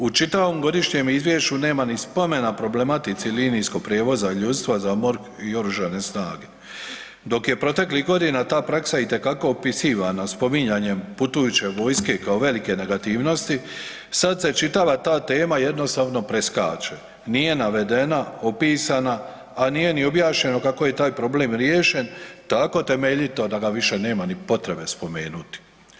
U čitavom godišnjem izvješću nema ni spomena problematici linijskog prijevoza ljudstva za MORH i Oružane snage, dok je proteklih godina ta praksa itekako opisivana spominjanjem putujuće vojske kao velike negativnosti sad se čitava ta tema jednostavno preskače, nije navedena, opisana, a nije ni objašnjeno kako je taj problem riješen tako temeljito da ga više nema ni potrebe spomenuti.